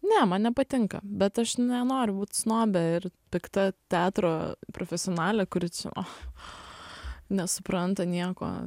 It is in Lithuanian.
ne man nepatinka bet aš nenoriu būt snobe ir pikta teatro profesionalė kuri čia nu oi nesupranta nieko